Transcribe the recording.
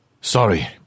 Sorry